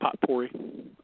potpourri